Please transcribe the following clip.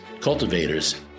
cultivators